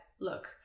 look